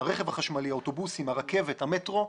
הרכב החשמלי, האוטובוסים, הרכבת, המטרו.